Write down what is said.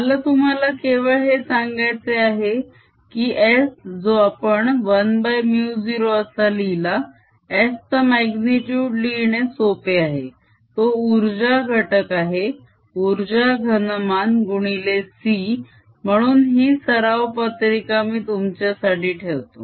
मला तुम्हाला केवळ हे सांगायचे आहे की S जो आपण 1 μ0 असा लिहिला S चा माग्नितुड लिहिणे सोपे आहे तो उर्जा घटक आहे उर्जा घनमान गुणिले c म्हणून ही सरावपत्रिका मी तुमच्यासाठी ठेवतो